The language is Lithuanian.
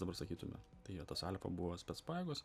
dabar sakytume tai jie tas alfa buvo spec pajėgos